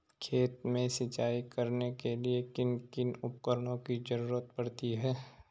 खेत में सिंचाई करने के लिए किन किन उपकरणों की जरूरत पड़ती है?